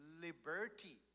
liberty